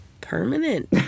Permanent